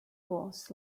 boss